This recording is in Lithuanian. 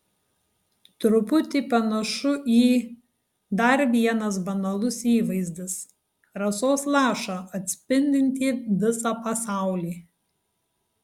truputį panašu į dar vienas banalus įvaizdis rasos lašą atspindintį visą pasaulį